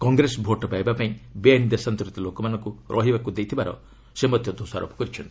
Congress vote ପାଇବା ପାଇଁ ବେଆଇନ୍ ଦେଶାନ୍ତରିତ ଲୋକମାନଙ୍କୁ ରହିବାକୁ ଦେଇଥିବାର ସେ ଦୋଷାରୋପ କରିଛନ୍ତି